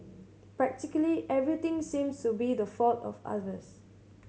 practically everything seems to be the fault of others